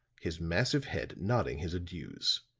his massive head nodding his adieus,